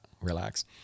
relax